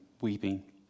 weeping